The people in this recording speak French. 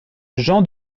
jean